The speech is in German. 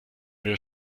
wir